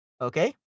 okay